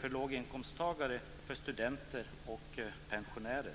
för låginkomsttagare men också för studenter och pensionärer.